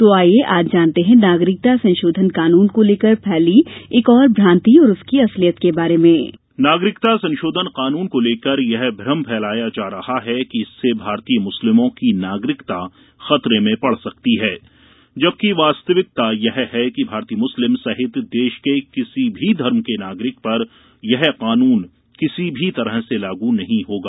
तो आईये आज जानते हैं नागरिकता संशोधन कानून को लेकर फैली एक और भ्रान्ति और उसकी असलियत के बारे में नागरिकता संशोधन कानून को लेकर यह भ्रम फैलाया जा रहा है कि इससे भारतीय मुस्लिमों की नागरिकता खतरे में पड़ सकती है जबकि वास्तविकता यह है कि भारतीय मुस्लिम सहित देश के किसी भी धर्म के नागरिक पर यह कानून किसी भी तरह से लागू नहीं होगा